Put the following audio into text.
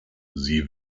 sie